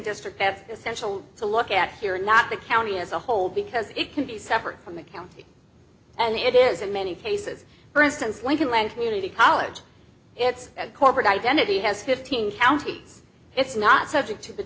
district that's essential to look at here not the county as a whole because it can be separate from the county and it is in many cases for instance lincoln land community college its corporate identity has fifteen counties it's not subject to t